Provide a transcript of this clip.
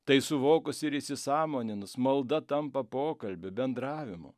tai suvokus ir įsisąmoninus malda tampa pokalbiu bendravimu